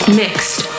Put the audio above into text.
mixed